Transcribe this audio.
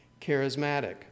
charismatic